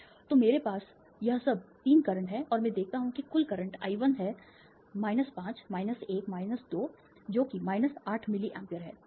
तो मेरे पास यह सब 3 करंट है और मैं देखता हूं कि कुल करंट I 1 है 5 1 2 जो कि 8 मिलीए है